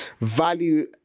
value